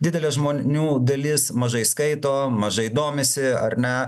didelė žmonių dalis mažai skaito mažai domisi ar ne